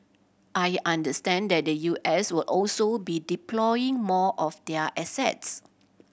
I understand that the U S will also be deploying more of their assets